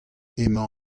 emañ